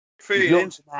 Feelings